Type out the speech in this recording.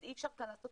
אז אי אפשר לעשות